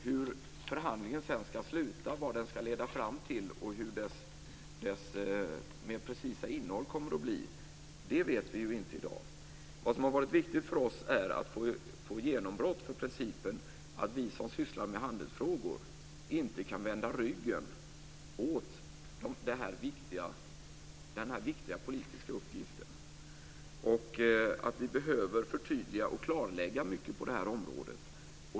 Hur förhandlingen sedan ska sluta; vad den ska leda fram till och hur dess mer precisa innehåll kommer att bli vet vi inte i dag. Vad som har varit viktigt för oss är att få ett genombrott för principen att vi som sysslar med handelsfrågor inte kan vända ryggen åt den här viktiga politiska uppgiften och att vi behöver förtydliga och klarlägga mycket på det här området.